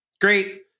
Great